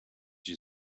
you